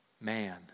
man